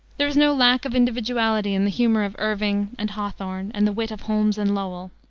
there is no lack of individuality in the humor of irving and hawthorne and the wit of holmes and lowell,